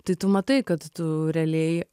tai tu matai kad tu realiai